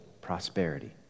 prosperity